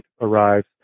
arrives